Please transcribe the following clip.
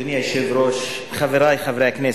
אדוני היושב-ראש, חברי חברי הכנסת,